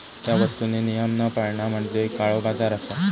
त्या वस्तुंनी नियम न पाळणा म्हणजे काळोबाजार असा